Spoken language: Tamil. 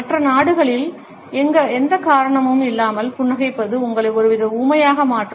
மற்ற நாடுகளில் எந்த காரணமும் இல்லாமல் புன்னகைப்பது உங்களை ஒருவித ஊமையாக மாற்றும்